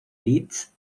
leeds